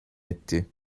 etti